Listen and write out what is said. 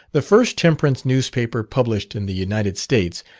the first temperance newspaper published in the united states,